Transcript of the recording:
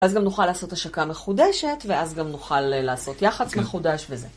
אז גם נוכל לעשות השקה מחודשת, ואז גם נוכל לעשות יחס מחודש וזה.